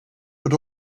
but